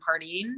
partying